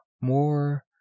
more